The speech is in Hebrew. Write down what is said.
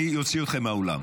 אני אוציא אתכם מהאולם.